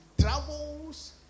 travels